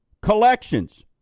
collections